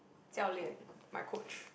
Jiao-Lian my coach